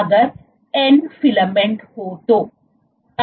अगर n filament हो तो